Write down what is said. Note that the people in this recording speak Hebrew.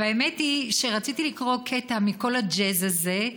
האמת היא שרציתי לקרוא קטע מ"כל הג'אז הזה"